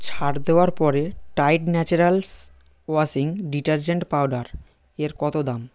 ছাড় দেওয়ার পরে Tide Naturals washing detergent powder এর কত দাম